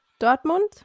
Dortmund